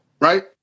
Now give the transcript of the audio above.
Right